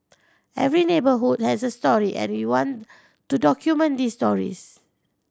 every neighbourhood has a story and we want to document these stories